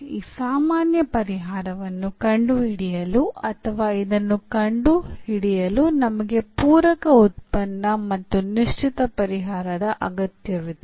ಈ ಸಾಮಾನ್ಯ ಪರಿಹಾರವನ್ನು ಕಂಡುಹಿಡಿಯಲು ಅಥವಾ ಇದನ್ನು ಕಂಡುಹಿಡಿಯಲು ನಮಗೆ ಪೂರಕ ಉತ್ಪನ್ನ ಮತ್ತು ನಿಶ್ಚಿತ ಪರಿಹಾರದ ಅಗತ್ಯವಿದೆ